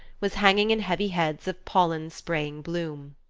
was hanging in heavy heads of pollen-spraying bloom.